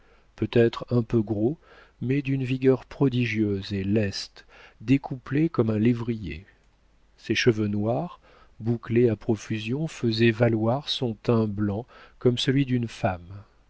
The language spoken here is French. peut-être un peu gros mais d'une vigueur prodigieuse et leste découplé comme un lévrier ses cheveux noirs bouclés à profusion faisaient valoir son teint blanc comme celui d'une femme